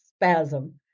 spasm